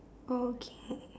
okay